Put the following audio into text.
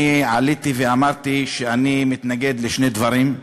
אני עליתי ואמרתי שאני מתנגד לשני דברים: